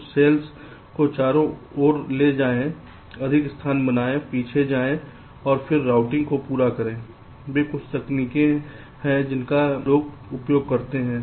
कुछ सेल्स को चारों ओर ले जाएं अधिक स्थान बनाएं पीछे जाएं और फिर रूटिंग को पूरा करें वे कुछ तकनीकें हैं जिनका लोग उपयोग करते हैं